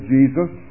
Jesus